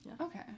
Okay